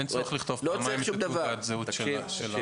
אין צורך לכתוב פעמיים את תעודת הזהות של הנער.